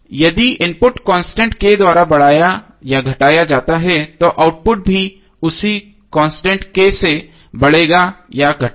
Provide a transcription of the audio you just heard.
यदि input constant K द्वारा बढ़ाया या घटाया जाता है तो आउटपुट भी उसी कांस्टेंट K से बढ़ेगा या घटेगा